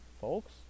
folks